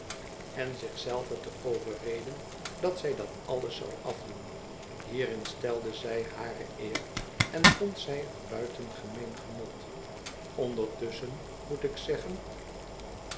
en zich zelve te overreden dat zij dat alles zou afdoen hierin stelde zij hare eer en vond zij een buitengemeen genot ondertusschen moet ik zeggen